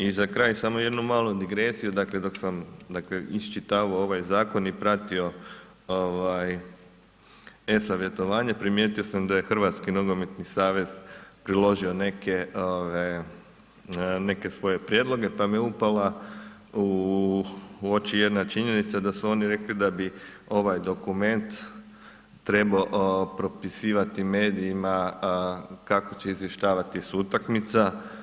I za kraj, samo jednu malu digresiju, dakle, dok sam iščitavao ovaj zakon i pratio e-Savjetovanje, primijetio sam da je Hrvatski nogometni savez priložio neke svoje prijedloge, pa mu je upala u oči jedna činjenica, da su oni rekli da bi ovaj dokument trebao propisivati medijima kako će izvještavati s utakmica.